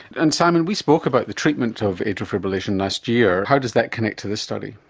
and simon, we spoke about the treatment of atrial fibrillation last year. how does that connect to this study?